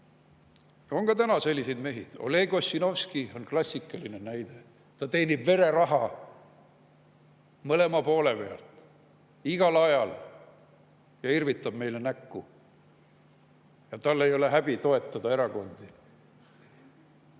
On ka täna selliseid mehi. Oleg Ossinovski on klassikaline näide. Ta teenib vereraha mõlema poole pealt igal ajal ja irvitab meile näkku. Ja tal ei ole häbi toetada erakondi.